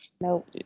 Nope